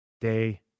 day